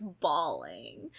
bawling